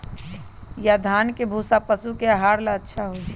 या धान के भूसा पशु के आहार ला अच्छा होई?